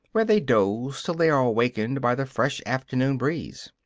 where they doze till they are awakened by the fresh afternoon breeze.